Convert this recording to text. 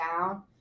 down